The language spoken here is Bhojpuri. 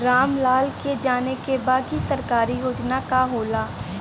राम लाल के जाने के बा की सरकारी योजना का होला?